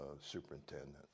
superintendent